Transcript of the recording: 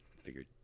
figured